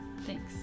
Thanks